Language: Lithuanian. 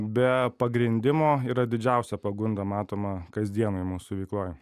be pagrindimo yra didžiausia pagunda matoma kasdienėj mūsų veikloj